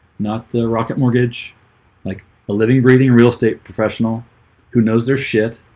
not the rocket mortgage like a living breathing real estate professional who knows their shit